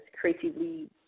creatively